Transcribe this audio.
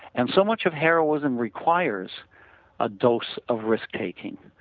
and so much of heroism requires a dose of risk taking.